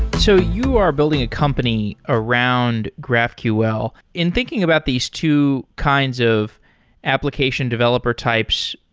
so you are building a company around graphql. in thinking about these two kinds of application developer types,